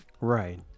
Right